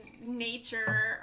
nature